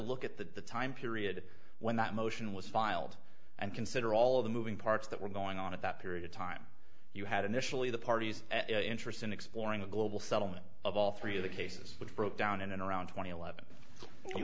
look at the time period when that motion was filed and consider all of the moving parts that were going on at that period of time you had initially the party's interest in exploring a global settlement of all three of the cases which broke down in and around twenty eleven